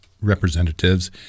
representatives